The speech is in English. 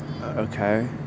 Okay